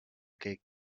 aquell